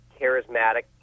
charismatic